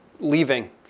leaving